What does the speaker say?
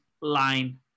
line